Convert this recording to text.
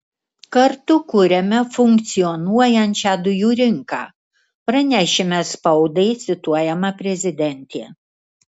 kartu kuriame funkcionuojančią dujų rinką pranešime spaudai cituojama prezidentė